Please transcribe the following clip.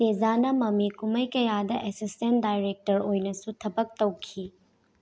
ꯇꯦꯖꯅꯥ ꯃꯃꯤ ꯀꯨꯝꯃꯩ ꯀꯌꯥꯗ ꯑꯦꯁꯤꯁꯇꯦꯟ ꯗꯥꯏꯔꯦꯛꯇꯔ ꯑꯣꯏꯅꯁꯨ ꯊꯕꯛ ꯇꯧꯈꯤ